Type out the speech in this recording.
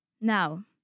Now